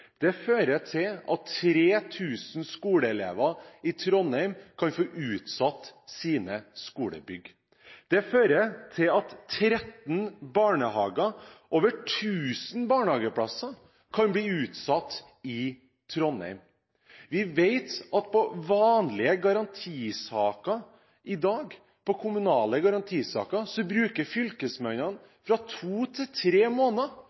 fører til at en i Trondheim kan få utsatt byggingen av skolebygg for 3 000 skoleelever. Det fører til at 13 barnehager, over 1 000 barnehageplasser, kan bli utsatt bygd i Trondheim. Vi vet at når det gjelder vanlige kommunale garantisaker, bruker fylkesmennene fra to til tre måneder